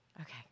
Okay